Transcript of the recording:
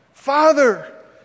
Father